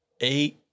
Eight